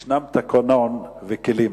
יש תקנון וכלים.